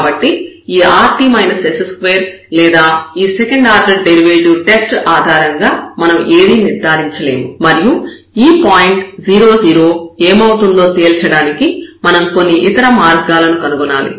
కాబట్టి ఈ rt s2 లేదా ఈ సెకండ్ ఆర్డర్ డెరివేటివ్ టెస్ట్ ఆధారంగా మనం ఏదీ నిర్ధారించలేము మరియు ఈ పాయింట్ 0 0 ఏమౌతుందో తేల్చడానికి మనం కొన్ని ఇతర మార్గాలను కనుగొనాలి